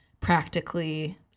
practically